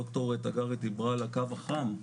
ד"ר תגרי דברה על הקו החם,